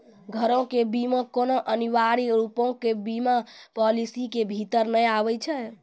घरो के बीमा कोनो अनिवार्य रुपो के बीमा पालिसी के भीतर नै आबै छै